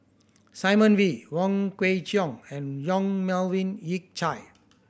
Simon Wee Wong Kwei Cheong and Yong Melvin Yik Chye